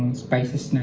spices